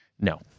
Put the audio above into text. No